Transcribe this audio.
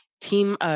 team